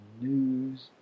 News